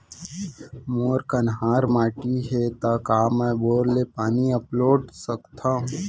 मोर कन्हार माटी हे, त का मैं बोर ले पानी अपलोड सकथव?